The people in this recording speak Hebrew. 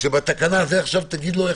קודם כל שתבין את